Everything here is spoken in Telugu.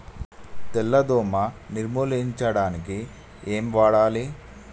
తెల్ల దోమ నిర్ములించడానికి ఏం వాడాలి?